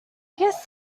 guess